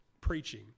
preaching